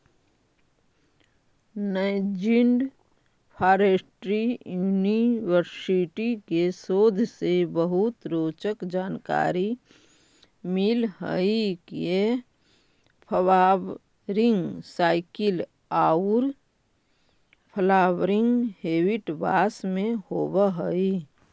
Nanjing forestry university के शोध से बहुत रोचक जानकारी मिल हई के फ्वावरिंग साइकिल औउर फ्लावरिंग हेबिट बास में होव हई